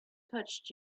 touched